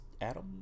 Adam